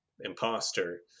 imposter